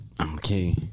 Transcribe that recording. Okay